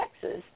Texas